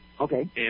Okay